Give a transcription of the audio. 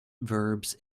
verbs